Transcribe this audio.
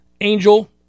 Angel